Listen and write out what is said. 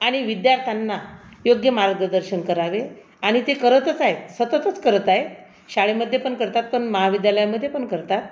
आणि विद्यार्थ्यांना योग्य मार्गदर्शन करावे आणि ते करतच आहेत सततच करत आहेत शाळेमध्ये पण करतात पण महाविद्यालयामध्ये पण करतात